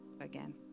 again